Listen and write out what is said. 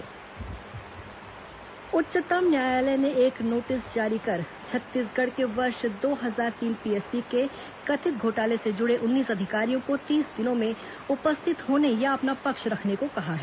supreme court PSC उच्चतम न्यायालय ने एक नोटिस जारी कर छत्तीसगढ़ के वर्ष दो हजार तीन पीएससी के कथित घोटाले से जुड़े उन्नीस अधिकारियों को तीस दिनों में उपस्थित होने या अपना पक्ष रखने को कहा है